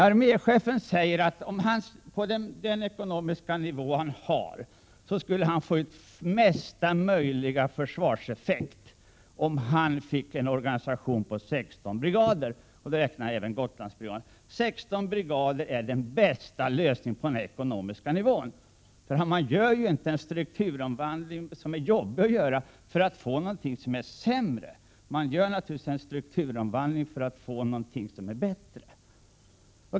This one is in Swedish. Arméchefen säger att han på den ekonomiska nivå som han har att röra sig med skulle han få ut mesta möjliga försvarseffekt om han fick en organisation på 16 brigader, och då räknar han även Gotlandsbrigaden. 16 brigader är alltså den bästa lösningen på den ekonomiska nivån. Man gör inte en strukturomvandling som är jobbig att genomföra för att få någonting som är sämre. Man gör naturligtvis en strukturomvandling för att få någonting som är bättre.